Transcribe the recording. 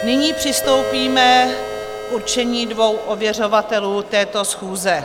Nyní přistoupíme k určení dvou ověřovatelů této schůze.